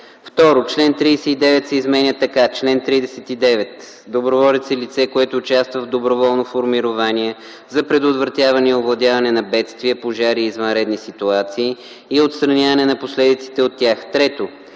2. Член 39 се изменя така: “Чл. 39. Доброволец е лице, което участва в доброволно формирование за предотвратяване или овладяване на бедствия, пожари и извънредни ситуации и отстраняване на последиците от тях.” 3.